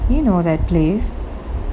you know that place